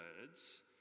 words